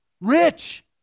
rich